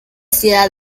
ciudad